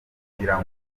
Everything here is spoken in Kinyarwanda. kugira